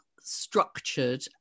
structured